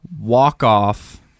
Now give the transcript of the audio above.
walk-off